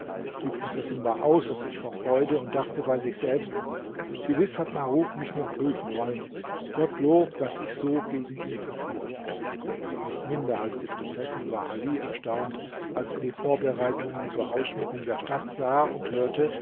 die prinzessin war außer sich vor freude und dachte bei sich selbst gewiß hat maruf mich nur prüfen wollen gottlob daß ich so gegen ihn verfuhr nicht minder als die prinzessin war ali erstaunt als er die vorbereitungen zur ausschmückung der stadt sah und hörte